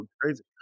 crazy